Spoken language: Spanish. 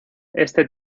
este